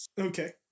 Okay